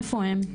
איפה הם,